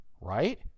Right